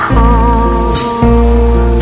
Home